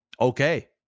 okay